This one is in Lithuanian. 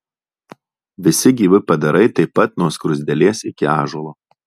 visi gyvi padarai taip pat nuo skruzdėlės iki ąžuolo